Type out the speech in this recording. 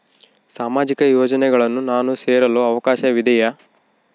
ಸಾಮಾಜಿಕ ಯೋಜನೆಯನ್ನು ನಾನು ಸೇರಲು ಅವಕಾಶವಿದೆಯಾ?